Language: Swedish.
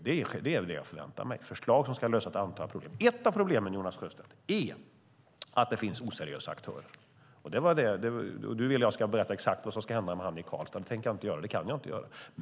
Det jag förväntar mig är förslag som ska lösa ett antal problem. Ett av problemen, Jonas Sjöstedt, är att det finns oseriösa aktörer. Du vill att jag ska berätta exakt vad som ska hända med aktören i Karlstad. Det tänker jag inte göra, och det kan jag inte göra.